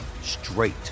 straight